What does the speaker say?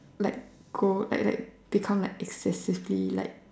like go like like become like excessively like